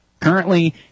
Currently